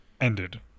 ended